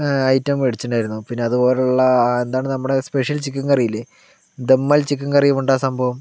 item വേടിച്ചിട്ട്ണ്ടായിരുന്നു പിന്നെ അത്പോലുള്ള എന്താണ് നമ്മടെ സ്പെഷ്യൽ ചിക്കൻ കറിയില്ലേ ദമ്മൽ ചിക്കൻ കറീ കൊണ്ടാ സംഭവം